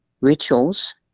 rituals